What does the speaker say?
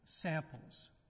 samples